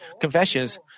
confessions